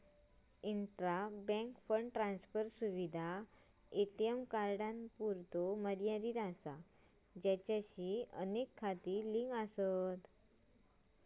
intra bank fund transfer सुविधा ATM कार्डांपुरतो मर्यादित असा ज्याचाशी अनेक खाती लिंक आसत